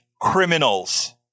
criminals